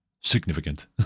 significant